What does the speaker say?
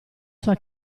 sua